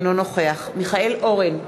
אינו נוכח מיכאל אורן,